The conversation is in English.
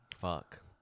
fuck